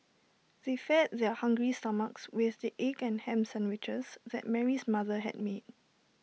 they fed their hungry stomachs with the egg and Ham Sandwiches that Mary's mother had made